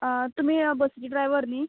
आं तुमी बसी ड्रायव्हर न्ही